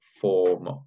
form